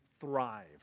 thrive